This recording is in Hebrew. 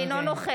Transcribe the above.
נו,